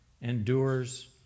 endures